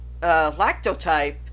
lactotype